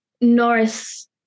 Norris